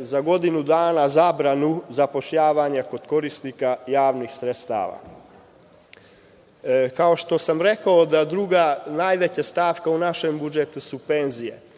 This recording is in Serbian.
za godinu dana zabranu zapošljavanja kod korisnika javnih sredstava. Kao što sam rekao, druga najveća stavka u našem budžetu su penzije